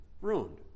ruined